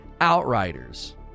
Outriders